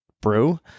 brew